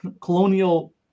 colonial